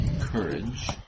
courage